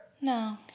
No